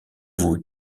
vous